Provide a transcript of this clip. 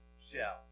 shell